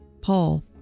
Paul